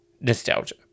nostalgia